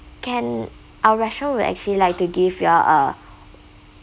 can our restaurant would actually like to give you all uh